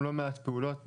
גם לא מעט פעולות עכשיו,